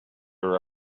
her